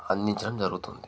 అందించడం జరుగుతుంది